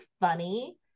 funny